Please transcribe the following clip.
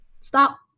stop